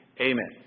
Amen